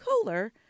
cooler